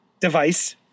device